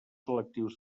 selectius